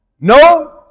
No